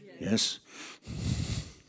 Yes